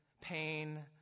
pain